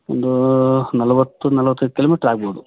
ಒಂದೂ ನಲವತ್ತು ನಲವತ್ತೈದು ಕಿಲೋಮೀಟ್ರ್ ಆಗ್ಬೋದು